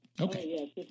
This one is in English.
Okay